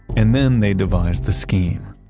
and then they devised the scheme.